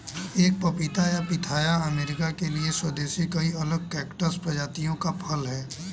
एक पपीता या पिथाया अमेरिका के लिए स्वदेशी कई अलग कैक्टस प्रजातियों का फल है